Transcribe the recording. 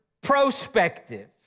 prospective